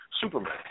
Superman